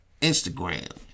Instagram